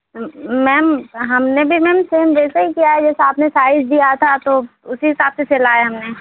ma'am हमने भी ma'am same वैसा ही किया है जैसा आपने साइज दिया था तो उसी हिसाब से सिला है हमने